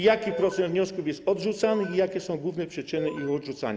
Jaki procent wniosków jest odrzucany i jakie są główne przyczyny ich odrzucania?